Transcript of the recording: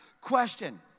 Question